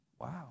Wow